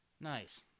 Nice